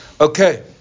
Okay